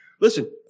Listen